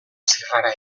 zirrara